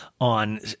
on